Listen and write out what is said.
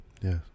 Yes